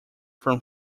from